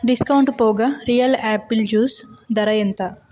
discount పోగా real apple juice ధర ఎంత